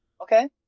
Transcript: Okay